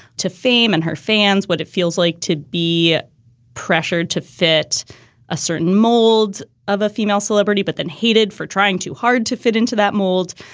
to fame and her fans, what it feels like to be pressured to fit a certain mold of a female celebrity, but then hated for trying too hard to fit into that mold.